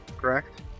correct